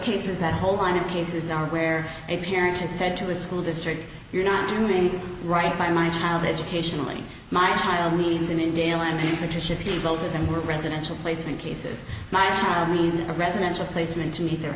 cases that whole line of cases are where a parent has said to a school district you're not doing right by my child educationally my child needs him in jail and attrition both of them were residential placement cases my child needs a residential placement to meet their